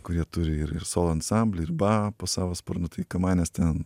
kurie turi ir ir solo ansamblį ir ba po savo sparnu tai kamanės ten